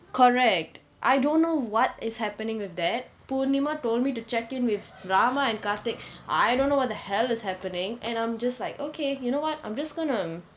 correct I don't know what is happening with that punima told me to check in with rama and karthik I don't know what the hell is happening and I'm just like okay you know what I'm just gonna